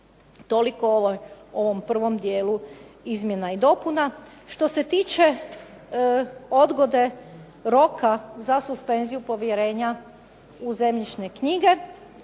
Toliko o ovom prvom dijelu izmjena i dopuna. Što se tiče odgode roka za suspenziju povjerenja u zemljišne knjiga.